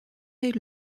est